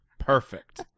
Perfect